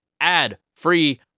ad-free